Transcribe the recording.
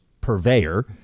purveyor